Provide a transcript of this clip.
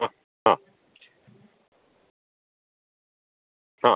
ആ ആ ആ